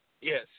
Yes